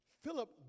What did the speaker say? Philip